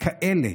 כאלה